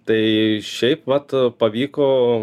tai šiaip vat pavyko